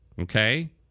okay